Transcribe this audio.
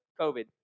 COVID